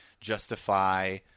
justify